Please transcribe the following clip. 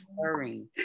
stirring